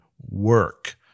work